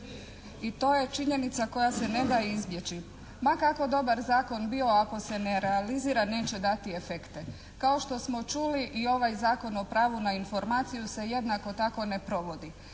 I to je činjenica koja se ne da izbjeći ma kako dobar zakon bio ako se ne realizira neće dati efekte. Kao što smo čuli i ovaj Zakon o pravu na informaciju se jednako tako ne provodi.